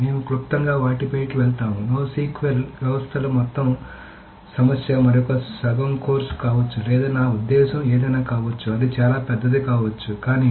మేము క్లుప్తంగా వాటిపైకి వెళ్తాము NoSQL వ్యవస్థల మొత్తం సమస్య మరొక సగం కోర్సు కావచ్చు లేదా నా ఉద్దేశ్యం ఏదైనా కావచ్చు అది చాలా పెద్దది కావచ్చు కానీ